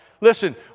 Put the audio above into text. Listen